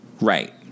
Right